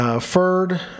Ferd